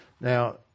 Now